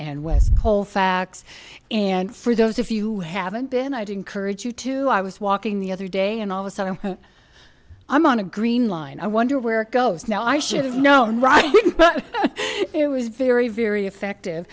bid west colfax and for those of you who haven't been i'd encourage you to i was walking the other day and all of a sudden i'm on a green line i wonder where it goes now i should have known right it was very very effective